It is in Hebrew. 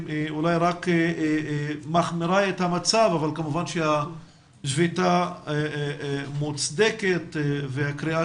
היא אולי רק מחמירה את המצב אבל כמובן שהשביתה מוצדקת והקריאה